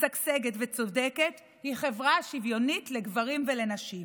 משגשגת וצודקת היא חברה שוויונית לגברים ולנשים.